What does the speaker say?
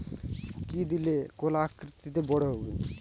কি দিলে কলা আকৃতিতে বড় হবে?